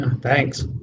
thanks